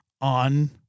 on